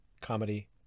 comedy